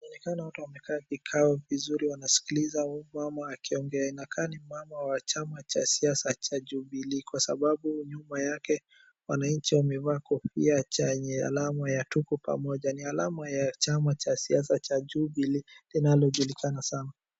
Inaonekana watu wamekaa kikao vizuri wanasikiliza huyu mama akiongea. Inakaa ni mama wa chama cha siasa cha Jubilii kwa sababu nyuma yake wananchi wamevaa kofia chenye alama ya tuko pamoja, ni alama ya chama cha siasa cha Jubilee linalojulikana sana.